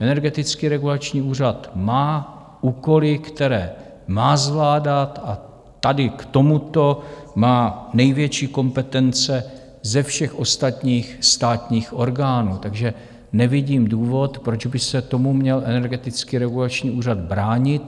Energetický regulační úřad má úkoly, které má zvládat, a tady k tomuto má největší kompetence ze všech ostatních státních orgánů, takže nevidím důvod, proč by se tomu měl Energetický regulační úřad bránit.